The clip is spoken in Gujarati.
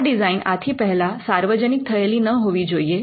આ ડિઝાઇન આથી પહેલા સાર્વજનિક થયેલી ન હોવી જોઈએ